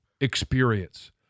experience